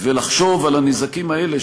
ולחשוב על הנזקים האלה,